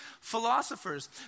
philosophers